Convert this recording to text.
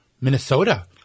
Minnesota